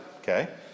Okay